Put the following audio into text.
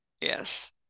Yes